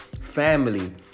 family